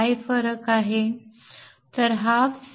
काय फरक आहे